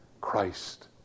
Christ